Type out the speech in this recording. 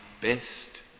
best